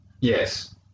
Yes